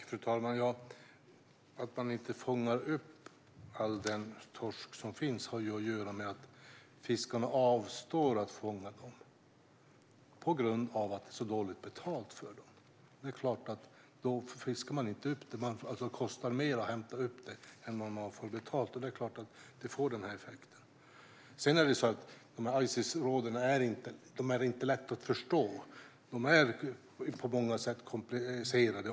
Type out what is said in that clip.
Fru talman! Att man inte fångar upp all den torsk som finns har att göra med att fiskarna avstår från att fånga den på grund av att de får så dåligt betalt för den. Då fiskar man såklart inte upp den. Om det kostar mer att hämta upp fisken än man får betalt för den får det förstås denna effekt. Ices råd är inte lätta att förstå. De är på många sätt komplicerade.